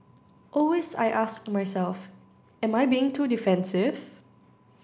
always I ask myself am I being too defensive